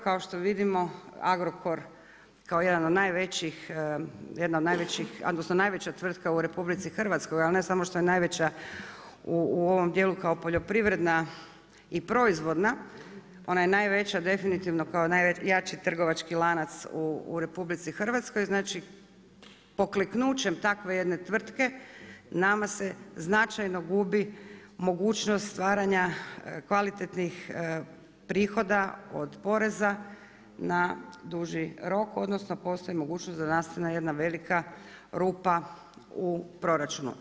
Kao što vidimo, Agrokor kao jedna od najvećih, odnosno najveća tvrtka u RH, ali ne samo što je najveća u ovom dijelu kao poljoprivredna i proizvodna, ona je najveća definitivno kao najjači trgovački lanac u RH, znači pokleknućem takve jedne tvrtke, nam se značajno gubi mogućnost stvaranja kvalitetnih prihoda od poreza na duži rok, odnosno postoji mogućnost da nastane jedna velika rupa u proračunu.